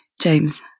James